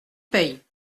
paye